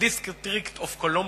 District of Columbia.